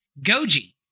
Goji